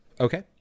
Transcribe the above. Okay